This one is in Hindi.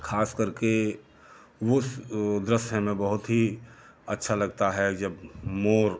खास करके वो दृश्य हमें बहुत ही अच्छा लगता है जब मोर